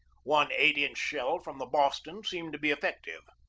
one eight inch shell from the boston seemed to be effective.